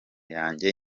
yanjye